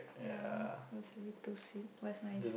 ya it was a bit too sweet but it's nice